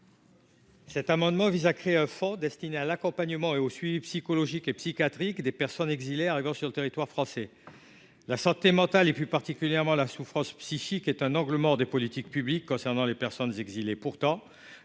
Cet amendement vise à créer un fonds destiné à l'accompagnement et au suivi psychologique et psychiatrique des personnes exilées arrivant sur le territoire français, la santé mentale et plus particulièrement la souffrance psychique est un angle mort des politiques publiques concernant les personnes exilées